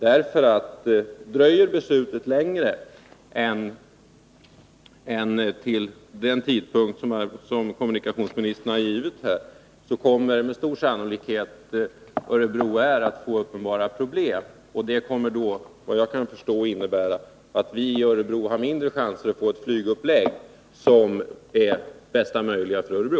Dröjer det längre än till den tidpunkt som kommunikationsministern har angivit, kommer med stor sannolikhet Örebro Air att få problem, och det kommer att innebära att vi i Örebro har mindre chanser att få den flyguppläggning som är bäst för Örebro.